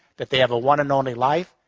that they have a one and only life,